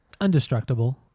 Undestructible